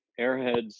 Airheads